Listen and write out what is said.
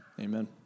Amen